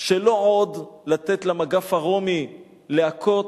שלא עוד לתת למגף הרומי להכות.